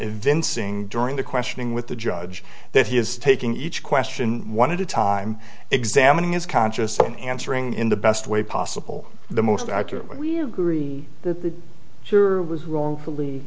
seeing during the questioning with the judge that he is taking each question one at a time examining his conscious and answering in the best way possible the most accurate when we agree that the sure was wrongfully